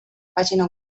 pàgina